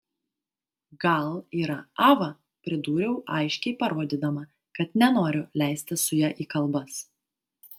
gal yra ava pridūriau aiškiai parodydama kad nenoriu leistis su ja į kalbas